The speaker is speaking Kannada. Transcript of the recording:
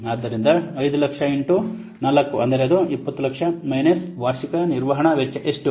ಆದ್ದರಿಂದ 500000 ಇನ್ ಟು 4 ಅಂದರೆ ಅದು 2000000 ಮೈನಸ್ ವಾರ್ಷಿಕ ನಿರ್ವಹಣಾ ವೆಚ್ಚ ಎಷ್ಟು